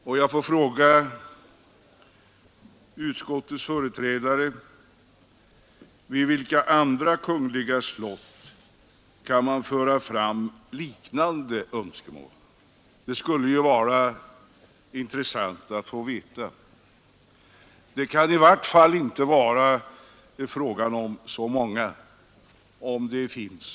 Får jag då fråga utskottets företrädare från vilka andra kungliga slott man kan föra fram liknande önskemål. Det skulle vara intressant att få höra det. I vart fall kan det inte vara fråga om så många, om ens något.